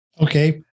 Okay